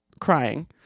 crying